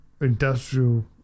industrial